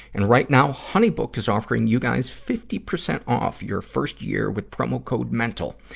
and right now, honeybook is offering you guys fifty percent off your first year with promo code mental.